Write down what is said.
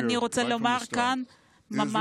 אני רוצה לומר כאן מההתחלה,